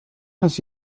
است